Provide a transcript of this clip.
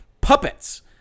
puppets